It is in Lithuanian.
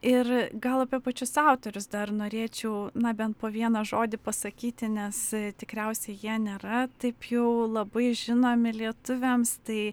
ir gal apie pačius autorius dar norėčiau na bent po vieną žodį pasakyti nes tikriausiai jie nėra taip jau labai žinomi lietuviams tai